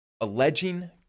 alleging